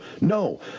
No